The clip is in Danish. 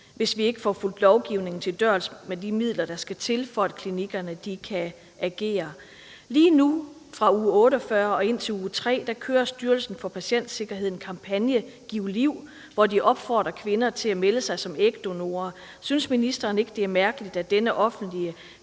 hvis ikke vi får fulgt lovgivningen til dørs med de midler, der skal til, for at klinikkerne kan agere. Lige nu, fra uge 48 og indtil uge 3, kører Styrelsen for Patientsikkerhed en kampagne, »Giv liv«, hvor de opfordrer kvinder til at melde sig som ægdonorer. Synes ministeren ikke, det er mærkeligt, at denne offentlige